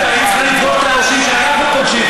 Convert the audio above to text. את היית צריכה לפגוש את האנשים שאנחנו פוגשים,